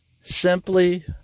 simply